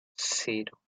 cero